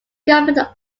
governed